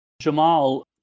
jamal